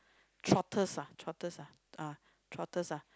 trotters ah trotters ah trotters ah